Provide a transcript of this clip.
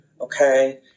okay